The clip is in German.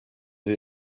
der